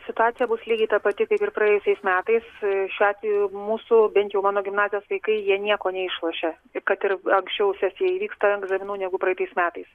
situacija bus lygiai ta pati kaip ir praėjusiais metais šiuo atveju mūsų bent jau mano gimnazijos vaikai jie nieko neišlošia kad ir anksčiau sesija įvyksta egzaminų negu praeitais metais